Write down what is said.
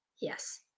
Yes